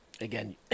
again